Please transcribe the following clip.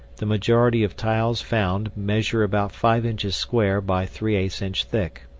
the majority of tiles found measure about five inches square by three eight inch thick.